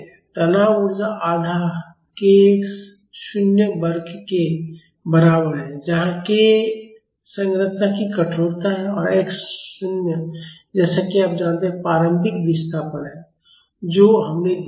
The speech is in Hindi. तनाव ऊर्जा आधा k x 0 वर्ग के बराबर है जहाँ k संरचना की कठोरता है और x 0 जैसा कि आप जानते हैं प्रारंभिक विस्थापन है जो हमने दिया था